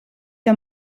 der